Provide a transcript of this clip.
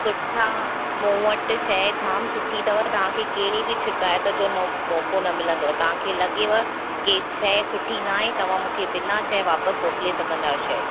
सुठा मूं वटि शइ जाम सुठी अथव तव्हां खे कहिड़ी बि शिकाइत जो नो मौक़ो न मिलंदव तव्हां खे लॻेव कि शइ सुठी न आहे तव्हां मूंखे बिना चए वापसि मोकिले सघंदा आहियो शइ